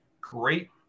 great